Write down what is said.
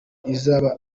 izaba